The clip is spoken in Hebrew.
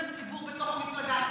על אמון הציבור בתוך המפלגה.